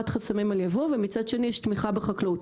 חסמים על ייבוא ומצד שני יש תמיכה בחקלאות,